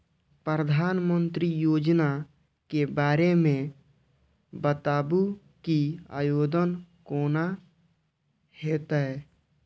प्रधानमंत्री योजना के बारे मे बताबु की आवेदन कोना हेतै?